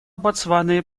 ботсваны